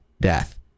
death